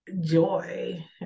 joy